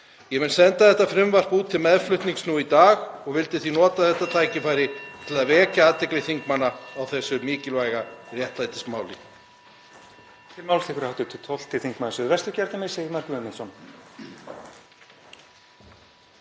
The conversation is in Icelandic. Ég mun senda þetta frumvarp út til meðflutnings nú í dag og vildi því nota þetta tækifæri til að vekja athygli þingmanna á þessu mikilvæga réttlætismáli.